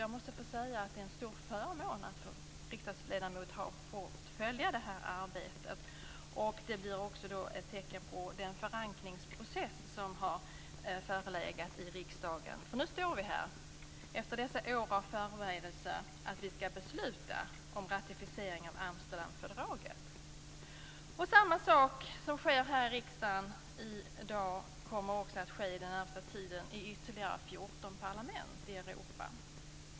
Jag måste få säga att det är en stor förmån att som riksdagsledamot ha fått följa det här arbetet. Det är också ett tecken på den förankringsprocess som har förelegat i riksdagen. För nu står vi här, efter dessa år av förberedelser, inför beslutet om ratificering av Amsterdamfördraget. Samma sak som sker här i riksdagen i dag kommer också att ske under den närmaste tiden i ytterligare 14 parlament i Europa.